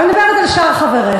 אבל אני מדברת על שאר חבריך.